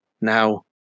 Now